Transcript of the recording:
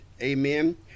amen